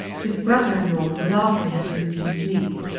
his brother-in-law was laughing at him in his sleeve.